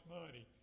money